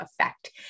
effect